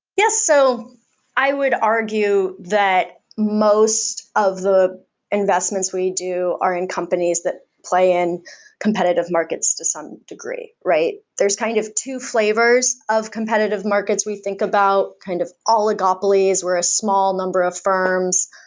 yeah. so i would argue that most of the investments we do are in companies that play in competitive markets to some degree, right? there's kind of two flavors of competitive markets we think about, kind of oligopolies, where a small number of firms.